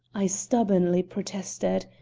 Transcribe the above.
i stubbornly protested.